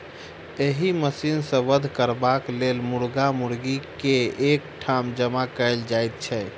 एहि मशीन सॅ वध करबाक लेल मुर्गा मुर्गी के एक ठाम जमा कयल जाइत छै